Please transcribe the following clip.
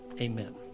Amen